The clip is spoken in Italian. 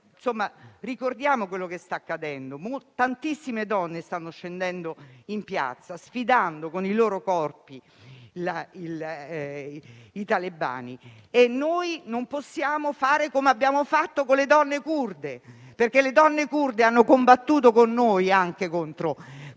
Ricordiamo quello che sta accadendo: tantissime donne stanno scendendo in piazza, sfidando con i loro corpi i talebani e noi non possiamo fare come abbiamo fatto con le donne curde, che hanno combattuto con noi contro